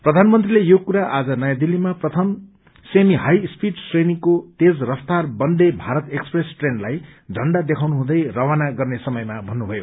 प्रधानमंत्रीले यो कुरा आज नयाँ दिल्लीमा प्रथम सेमी हाईस्पीड श्रेणीको तेज रफ्तार बन्दे भारत एक्सप्रेस ट्रेनलाई झण्डा देखाउनु हुँदै रवाना गर्ने समयमा भन्नुभयो